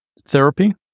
therapy